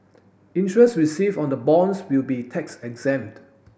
interest received on the bonds will be tax exempt